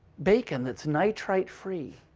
bacon that's nitrate free.